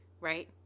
right